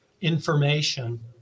information